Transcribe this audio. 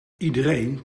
iedereen